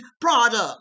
product